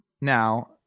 Now